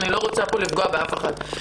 אני לא רוצה פה לפגוע באף אחד.